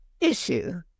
issue